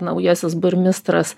naujasis burmistras